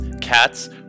cats